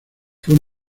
fue